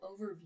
overview